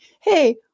Hey